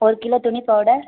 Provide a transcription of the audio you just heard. ஒரு கிலோ துணி பவுடர்